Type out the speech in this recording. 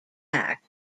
act